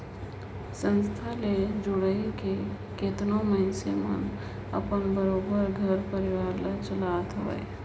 संस्था ले जुइड़ के केतनो मइनसे मन अपन बरोबेर घर परिवार ल चलात अहें